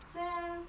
这样